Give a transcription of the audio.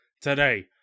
today